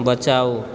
बचाउ